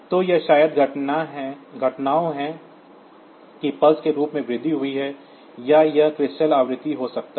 तो यह शायद घटनाओं है कि पल्स के रूप में वृद्धि हुई है या यह क्रिस्टल आवृत्ति हो सकता है